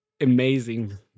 amazing